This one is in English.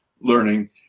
learning